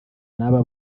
n’aba